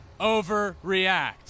overreact